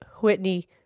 Whitney